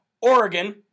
oregon